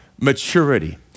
maturity